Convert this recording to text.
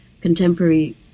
Contemporary